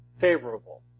favorable